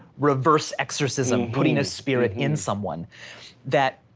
reverse exorcism putting a spirit in someone that,